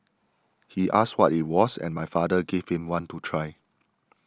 he asked what it was and my father gave him one to try